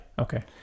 Okay